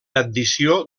addició